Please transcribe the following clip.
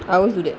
I always do that